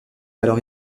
alors